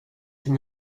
till